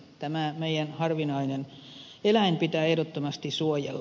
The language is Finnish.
tämä meidän harvinainen eläimemme pitää ehdottomasti suojella